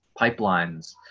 pipelines